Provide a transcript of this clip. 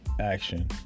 action